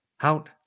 Out